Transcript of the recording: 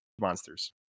monsters